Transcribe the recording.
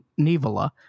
Nivola